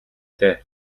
дээ